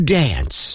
dance